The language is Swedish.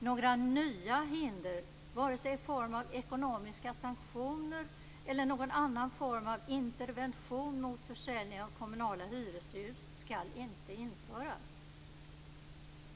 Några nya hinder, vare sig i form av ekonomiska sanktioner eller någon annan form av intervention mot försäljning av kommunala hyreshus, skall inte införas.